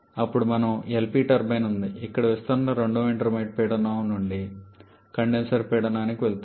అప్పుడు మనకు LP turbine ఉంది ఇక్కడ విస్తరణ రెండవ ఇంటర్మీడియట్ పీడనం నుండి కండెన్సర్ పీడనానికి వెళుతుంది